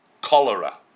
cholera